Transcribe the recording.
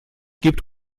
gibt